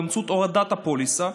באמצעות הורדת הפוליסה.